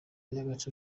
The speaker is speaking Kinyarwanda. y’agace